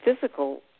physical